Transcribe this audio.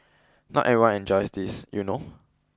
not everyone enjoys this you know